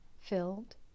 filled